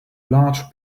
large